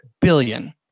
billion